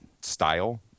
style